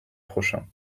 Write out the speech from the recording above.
prochain